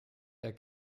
der